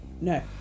no